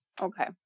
Okay